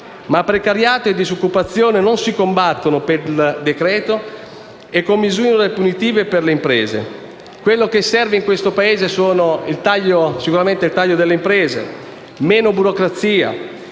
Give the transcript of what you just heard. Ma precariato e disoccupazione non si combattono per decreto-legge e con misure punitive per le imprese. Quello che serve in questo Paese è sicuramente il taglio delle tasse, meno burocrazia,